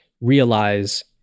realize